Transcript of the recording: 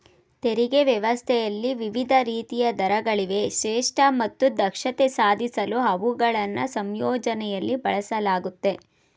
ತೆರಿಗೆ ವ್ಯವಸ್ಥೆಯಲ್ಲಿ ವಿವಿಧ ರೀತಿಯ ದರಗಳಿವೆ ಶ್ರೇಷ್ಠ ಮತ್ತು ದಕ್ಷತೆ ಸಾಧಿಸಲು ಅವುಗಳನ್ನ ಸಂಯೋಜನೆಯಲ್ಲಿ ಬಳಸಲಾಗುತ್ತೆ